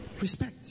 Respect